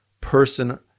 person